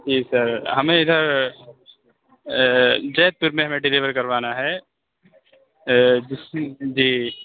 جی sir ہمیں اِدھر Zaidpur میں ہمیں ڈلیور کروانا ہے جی